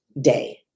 day